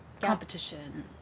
competition